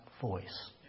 voice